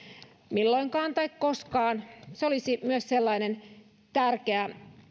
milloinkaan tai koskaan se olisi myös sellainen tärkeä